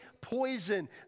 poison